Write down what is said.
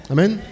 Amen